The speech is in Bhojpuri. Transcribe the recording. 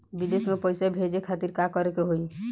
विदेश मे पैसा भेजे खातिर का करे के होयी?